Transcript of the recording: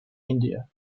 india